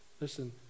Listen